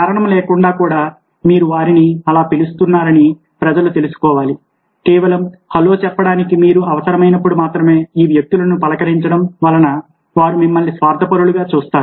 కారణం లేకుండా కూడా మీరు వారిని అలా పిలుస్తున్నారని ప్రజలు తెలుసుకోవాలి కేవలం హలో చెప్పడానికి మీకు అవసరమైనప్పుడు మాత్రమే ఈ వ్యక్తులను పలకరించడం వలన వారు మిమ్మల్ని స్వార్థపరులుగా చూస్తారు